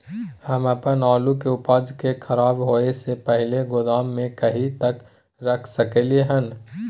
हम अपन आलू के उपज के खराब होय से पहिले गोदाम में कहिया तक रख सकलियै हन?